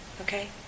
Okay